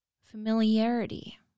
familiarity